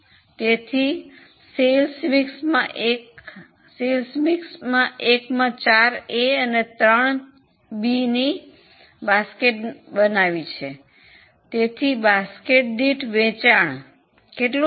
તેથી વેચાણ મિશ્રણ 1 માં 4A અને 3B ની બાસ્કેટ બનાવી છે તેથી બાસ્કેટ દીઠ વેચાણ કેટલું થશે